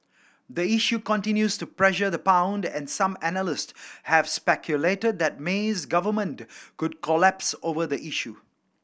the issue continues to pressure the pound and some analysts have speculated that May's government could collapse over the issue